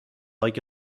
like